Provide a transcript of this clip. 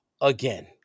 Again